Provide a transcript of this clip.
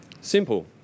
Simple